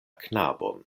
knabon